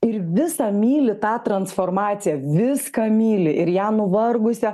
ir visą myli tą transformaciją viską myli ir ją nuvargusią